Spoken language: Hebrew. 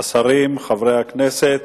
השרים, חברי הכנסת,